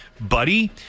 buddy